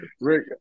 Rick